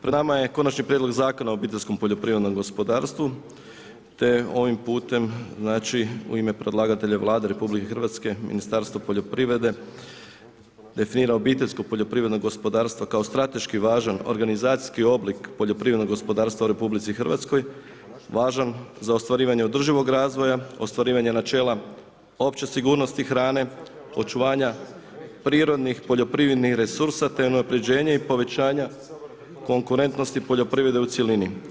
Pred nama je Konačni prijedlog Zakona o obiteljskom poljoprivrednom gospodarstvu te ovim putem znači u ime predlagatelja Vlade RH, Ministarstva poljoprivrede definira obiteljsko poljoprivredno gospodarstvo kao strateški važan organizacijski oblik poljoprivrednog gospodarstva u RH, važan za ostvarivanje održivog razvoja, ostvarivanje načela opće sigurnosti hrane, očuvanja prirodnih poljoprivrednih resursa te unapređenje i povećanja konkurentnosti poljoprivrede u cjelini.